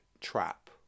trap